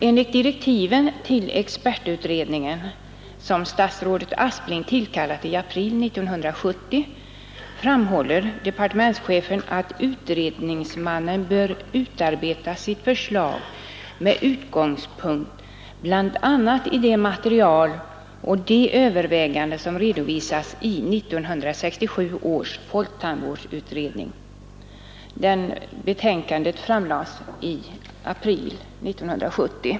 Enligt direktiven till expertutredningen, som statsrådet Aspling tillkallade i april 1970, framhåller departementschefen att utredningsmannen bör utarbeta sitt förslag med utgångspunkt bl.a. i det material och de överväganden som redovisats i 1967 års folktandvårdsutredning. Betänkandet framlades i april 1970.